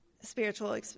spiritual